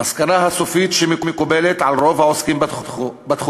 המסקנה הסופית שמקובלת על רוב העוסקים בתחום